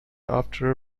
after